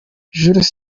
jules